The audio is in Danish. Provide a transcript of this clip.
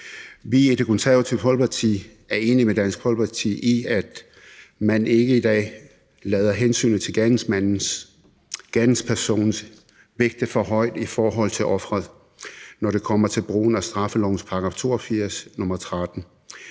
Vi i Det Konservative Folkeparti er enige med Dansk Folkeparti i, at man ikke i dag lader hensynet til gerningsmanden vægte for højt i forhold til offeret, når det kommer til brugen af straffelovens paragraf 82, nr. 13.